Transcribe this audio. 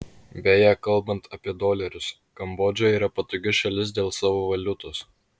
beje kalbant apie dolerius kambodža yra patogi šalis dėl savo valiutos